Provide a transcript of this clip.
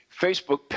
Facebook